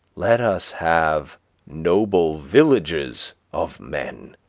let us have noble villages of men.